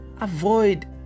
avoid